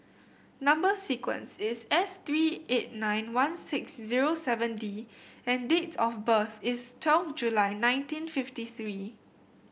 number sequence is S three eight nine one six zero seven D and date of birth is twelve July nineteen fifty three